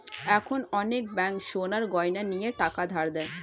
এখন অনেক ব্যাঙ্ক সোনার গয়না নিয়ে টাকা ধার দেয়